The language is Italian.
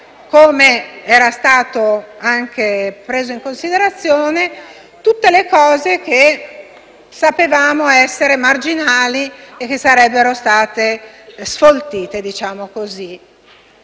come era stato anche preso in considerazione - tutte le proposte che sapevamo essere marginali e che sarebbero state sfoltite. Ci eravamo